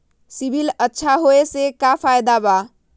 CIBIL अच्छा होऐ से का फायदा बा?